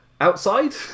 outside